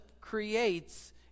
creates